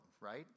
right